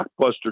blockbuster